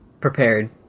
prepared